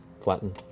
flatten